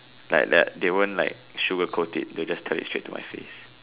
like that they won't like sugar coat it they just tell it straight to my face